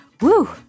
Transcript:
woo